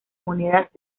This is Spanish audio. monedas